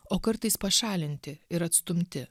o kartais pašalinti ir atstumti